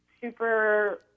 super